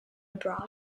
abroad